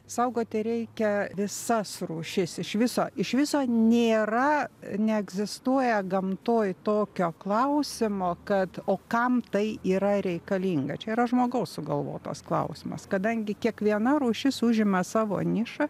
saugoti reikia visas rūšis iš viso iš viso nėra neegzistuoja gamtoj tokio klausimo kad o kam tai yra reikalinga čia yra žmogaus sugalvotas klausimas kadangi kiekviena rūšis užima savo nišą